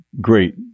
great